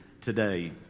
today